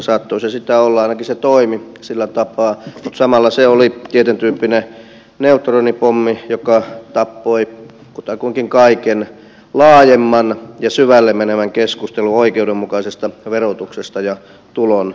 saattoi se sitä olla ainakin se toimi sillä tapaa mutta samalla se oli tietyntyyppinen neutronipommi joka tappoi kutakuinkin kaiken laajemman ja syvälle menevän keskustelun oikeudenmukaisesta verotuksesta ja tulonjaosta